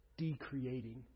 decreating